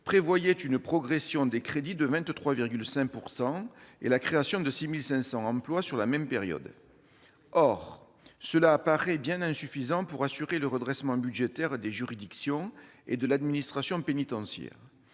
prévoyait une progression des crédits de 23,5 % et la création de 6 500 emplois sur la même période. Or cela paraît bien insuffisant pour assurer le redressement budgétaire des juridictions et de l'administration pénitentiaire.